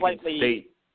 State